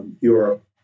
Europe